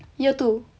year two